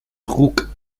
druck